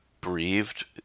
Breathed